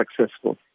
successful